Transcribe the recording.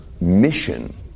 mission